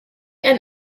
and